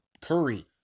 Curry